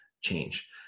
change